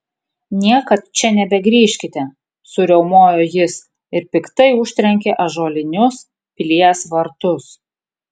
niekad čia nebegrįžkite suriaumojo jis ir piktai užtrenkė ąžuolinius pilies vartus